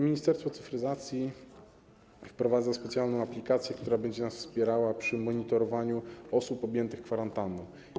Ministerstwo Cyfryzacji wprowadza specjalną aplikację, która będzie nas wspierała przy monitorowaniu osób objętych kwarantanną.